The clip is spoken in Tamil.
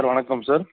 ஹலோ வணக்கம் சார்